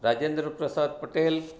Rajendra Prasad Patel